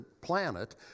planet